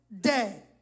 day